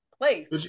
place